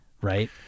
right